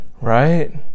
Right